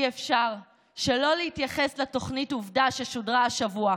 אי-אפשר שלא להתייחס לתוכנית "עובדה" ששודרה השבוע,